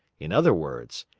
in other words,